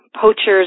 poachers